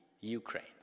Ukraine